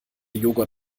joghurt